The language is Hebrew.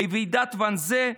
בוועידת ואנזה,